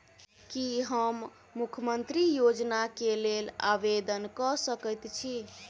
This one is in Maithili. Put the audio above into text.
की हम मुख्यमंत्री योजना केँ लेल आवेदन कऽ सकैत छी?